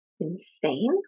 Insane